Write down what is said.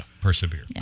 persevere